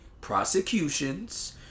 prosecutions